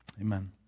amen